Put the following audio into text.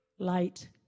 Light